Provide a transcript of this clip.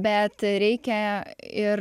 bet reikia ir